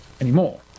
anymore